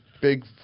big